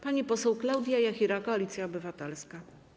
Pani poseł Klaudia Jachira, Koalicja Obywatelska.